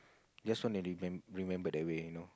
just want to remem~ remember that way you know